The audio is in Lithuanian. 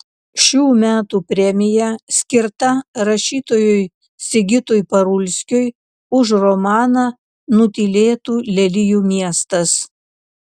šių metų premija skirta rašytojui sigitui parulskiui už romaną nutylėtų lelijų miestas